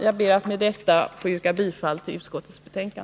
Med detta ber jag att få yrka bifall till utskottets hemställan.